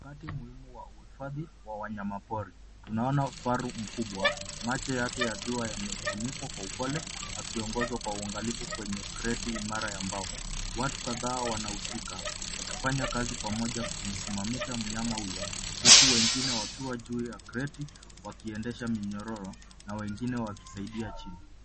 Wakati muhimu wa uhifadhi wa wanyama pori. Tunaona faru mkubwa macho yake yakiwa yamefunikwa kwa upole akiongozwa kwa uangalifu kwenye kreti imara ya mbao. Watu kadhaa wanahusuka wakifanya kazi pamoja kumsimamisha mnyama huyo huku wengine wakiwa juu ya kreti wakiendesha minyororo na wengine wakisaidia chini.